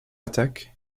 attaque